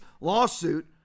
lawsuit